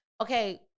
Okay